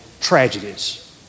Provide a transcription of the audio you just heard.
tragedies